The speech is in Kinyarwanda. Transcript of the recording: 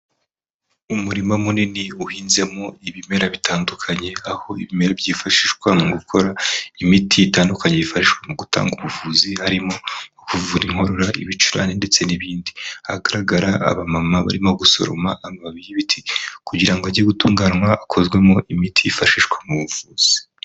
Umurima munini uhinzemo ibimera bitandukanye, aho ibimera byifashishwa mu gukora imiti itandukanye yifashishwa mu gutanga ubuvuzi, harimo kuvura inkorora, ibicurane ndetse n'ibindi, hagaragara abamama barimo gusoroma amababi y'ibiti kugira ngo ajye gutunganywa, akozwemo imiti yifashishwa mu buvuzi.